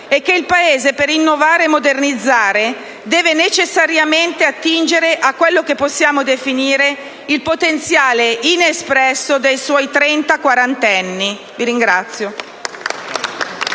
il Paese, per innovare e modernizzare, deve necessariamente attingere a quello che possiamo definire il potenziale inespresso dei suoi trenta-quarantenni.